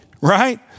right